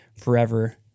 forever